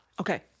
Okay